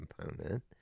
component